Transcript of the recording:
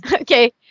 okay